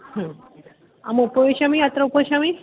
अहमुपविशामि अत्र उपविशामि